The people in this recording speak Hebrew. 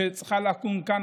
שצריכה לקום כאן